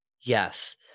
yes